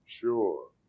sure